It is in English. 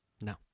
No